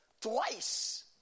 twice